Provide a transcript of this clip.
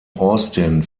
austin